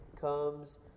comes